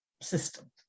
system